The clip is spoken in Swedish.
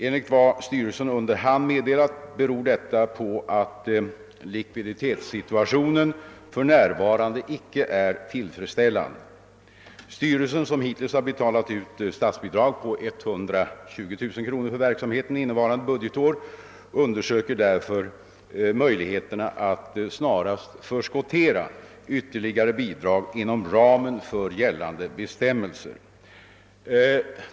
Enligt vad styrelsen under hand meddelat beror detta på att likviditetssituationen för närvarande icke är tillfredsställande. Styrelsen, som hittills har betalat ut statsbidrag på 120 000 kronor för verksamheten innevarande budgetår, undersöker därför möjligheterna att snarast möjligt förskottera ytterligare bidrag inom ramen för gällande bestämmelser.